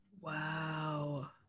Wow